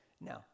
Now